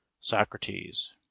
socrates